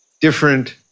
different